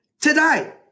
Today